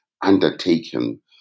undertaken